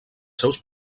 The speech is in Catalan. seus